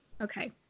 Okay